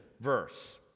verse